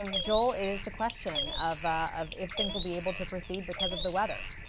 and joel is the question of of if things will be able to proceed because of the weather.